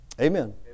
Amen